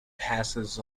passes